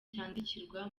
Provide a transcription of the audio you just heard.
cyandikirwa